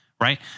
right